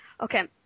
Okay